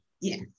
Yes